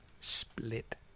split